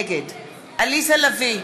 נגד עליזה לביא,